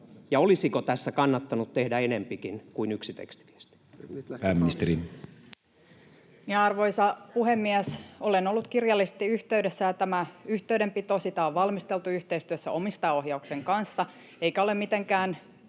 olisiko tässä kannattanut tehdä enempikin kuin yksi tekstiviesti?